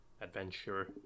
adventure